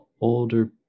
older